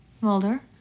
Mulder